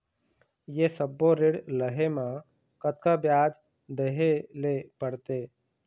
ये सब्बो ऋण लहे मा कतका ब्याज देहें ले पड़ते?